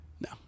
No